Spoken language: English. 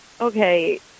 okay